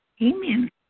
Amen